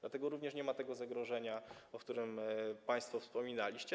Dlatego również nie ma tego zagrożenia, o którym państwo wspominaliście.